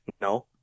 no